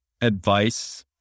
advice